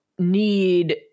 need